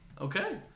Okay